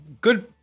good